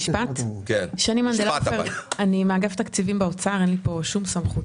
אני מאגף תקציבים באוצר, אין לי פה שום סמכות.